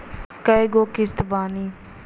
कय गो किस्त बानी?